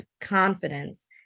confidence